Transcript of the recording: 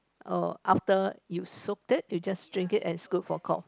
oh after you soaked you just drink it and it's good for cough